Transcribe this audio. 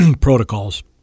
protocols